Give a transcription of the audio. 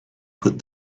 put